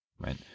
Right